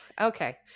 okay